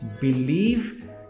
believe